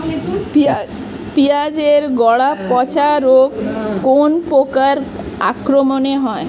পিঁয়াজ এর গড়া পচা রোগ কোন পোকার আক্রমনে হয়?